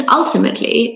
ultimately